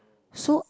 so